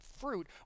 fruit